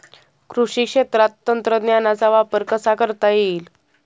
कृषी क्षेत्रात तंत्रज्ञानाचा वापर कसा करता येईल?